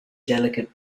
delicate